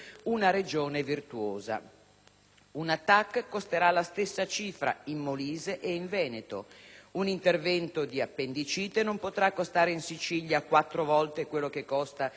Una TAC costerà la stessa cifra in Molise e in Veneto; un intervento di appendicite non potrà costare in Sicilia quattro volte più di quanto costi in un ospedale piemontese.